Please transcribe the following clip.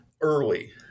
early